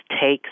takes